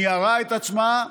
ניערה את עצמה,